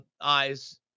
eyes